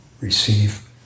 receive